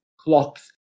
clocks